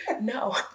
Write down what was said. No